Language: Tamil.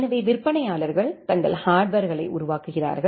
எனவே விற்பனையாளர்கள் தங்கள் ஹார்ட்வர்களை உருவாக்குகிறார்கள்